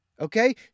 Okay